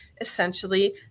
essentially